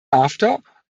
after